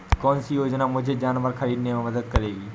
कौन सी योजना मुझे जानवर ख़रीदने में मदद करेगी?